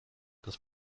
das